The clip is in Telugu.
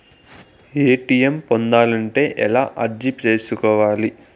ఎ.టి.ఎం పొందాలంటే ఎలా అర్జీ సేసుకోవాలి?